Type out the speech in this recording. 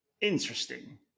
Interesting